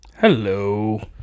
Hello